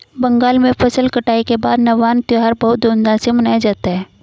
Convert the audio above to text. बंगाल में फसल कटाई के बाद नवान्न त्यौहार बहुत धूमधाम से मनाया जाता है